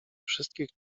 wszystkich